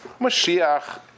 Mashiach